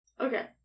Okay